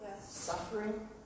suffering